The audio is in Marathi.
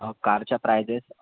अहो कारच्या प्रायजेस